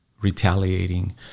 retaliating